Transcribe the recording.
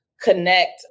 connect